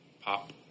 pop